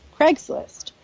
Craigslist